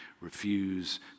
refuse